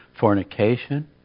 fornication